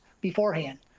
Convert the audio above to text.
beforehand